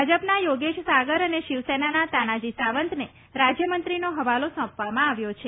ભાજપના યોગેશ સાગર અને શિવસેનાના તાનાજી સાવંતને રાજયમંત્રીનો હવાલો સોંપવામાં આવ્યો છે